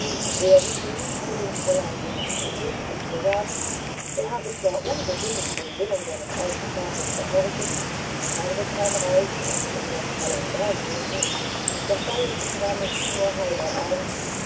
er hingegen habe dem fräulein die hand geküßt und gesagt er habe zwar unbedingt dem willen seines alten vaters gehorchen nach herbesheim reisen und um das fräulein werben müssen doch sei es ihm damit nur halber ernst